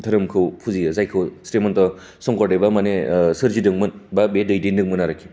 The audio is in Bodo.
धोरोमखौ फुजियो जायखौ श्रीमन्त शंकरदेबा मानि सोरजिदोंमोन बा बे दैदेनदोंमोन आरोखि